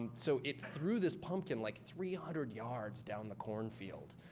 and so it threw this pumpkin like three hundred yards down the corn field.